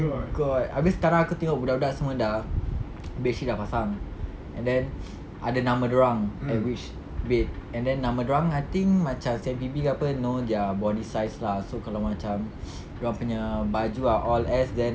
my god abeh sekarang aku tengok budak-budak semua dah bed sheet dah pasang and then ada nama dorang at which bed and then nama dorang I think macam C_M_P_B apa know their body size lah so kalau macam dorang punya baju are all S then